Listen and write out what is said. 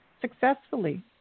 successfully